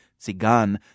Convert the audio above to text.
Cigan